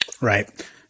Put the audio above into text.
Right